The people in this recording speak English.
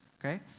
Okay